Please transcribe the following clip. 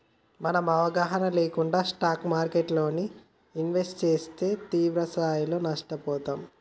మనం అవగాహన లేకుండా స్టాక్ మార్కెట్టులో ఇన్వెస్ట్ చేస్తే తీవ్రస్థాయిలో నష్టపోతాం